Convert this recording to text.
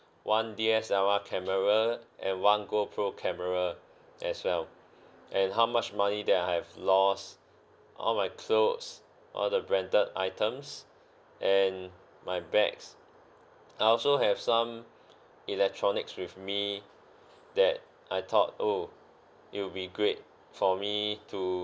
one D_S_L_R camera and one gopro camera as well and how much money that I have lost all my clothes all the branded items and my bags I also have some electronics with me that I thought oh it will be great for me to